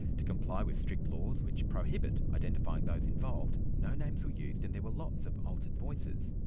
to comply with strict laws which prohibit identifying those involved, no names were used and there were lots of altered voices.